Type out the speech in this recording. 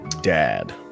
Dad